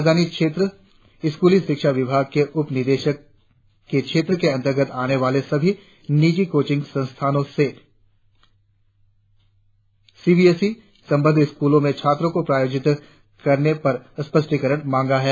राजधानी क्षेत्र स्कूली शिक्षा विभाग के उप निदेशक के क्षेत्र के अंतर्गत आने वाले सभी निजी कोचिंग संस्थानों से सी डी एस ई संबद्ध स्कूलों में छात्रों को प्रायोजित करने पर स्पष्टीकरण मांगा है